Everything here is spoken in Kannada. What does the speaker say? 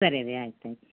ಸರಿ ರೀ ಆಯ್ತು ತ್ಯಾಂಕ್ಸ್